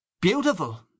Beautiful